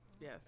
Yes